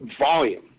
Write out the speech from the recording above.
Volume